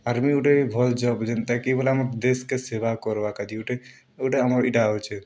army ଗୁଟେ ବି ଭଲ୍ ଜବ୍ ଯେନ୍ତା କି ବେଲେ ଆମର୍ ଦେଶ୍କେ ସେବା କର୍ବା କା'ଯେ ଗୁଟେ ଗୁଟେ ଆମର୍ ଇ'ଟା ହେଉଛେ